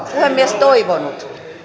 puhemies toivonut